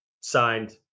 signed